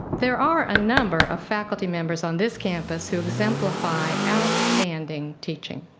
there are a number of faculty members on this campus who exemplify outstanding teaching.